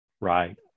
Right